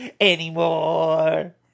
anymore